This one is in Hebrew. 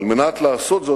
על מנת לעשות זאת,